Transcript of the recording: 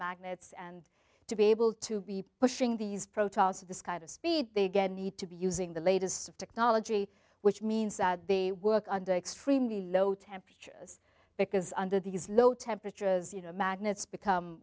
magnets and to be able to be pushing these protons of this kind of speed they again need to be using the latest technology which means that they work under extremely low temperature because under these low temperatures you know magnets become